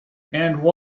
one